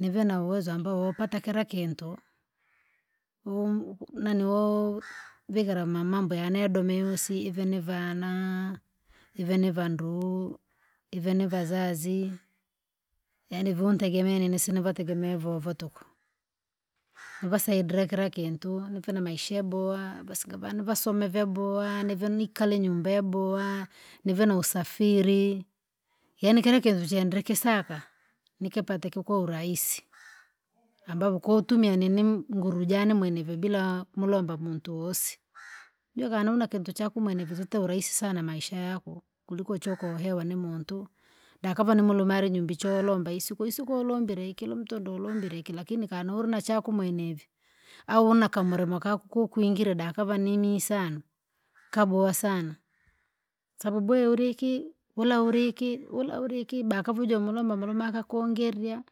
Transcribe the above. nive na uwezo ambao woupata kila kintu, um- nanii ooho vikira mamambo yanedome usi ive nivana, nive nivanduu, ive nivazazi, yaani vuntegemea nisinevategemea iviovo tuku, nivasaidira kila kintu nike na maisha yabowa vasinga vane vasome vyabowa nivo nikale nyumba yabowa, nive na usafiri, yaani kila kintu chendre kisaka, nikipate kikourahisi, ambavo koo utumia nini nguru jane mwenevo bila mulomba muntu vosi jukanaona kintu chakumwene vizit urahisi sana maisha yako, kuliko chokohewa nimuntu. Dakava nimulumale nyumbi cholomba isiko isiko ulombile ikilo mtondo ulombile iki lakini kana ulinachako mwenevi, au una kamulomo kako kukwingire dakava ninisanu, kabowa sana, sababu we uliki ula uliki ula uliki bakavuja mulome moloma akakungirya.